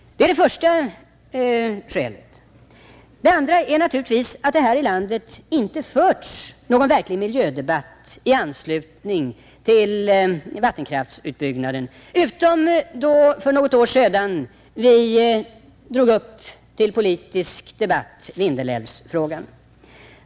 Det är det första skälet. Det andra är naturligtvis att det här i landet inte förts någon verklig miljödebatt i anslutning till vattenkraftsutbyggnaden, utom då för något år sedan vi drog upp en politisk debatt i Vindelälvsfrågan.